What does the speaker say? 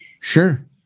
Sure